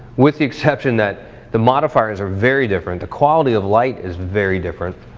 with the exception that the modifiers are very different, the quality of light is very different,